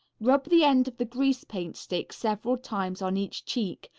rub the end of the grease paint stick several times on each cheek,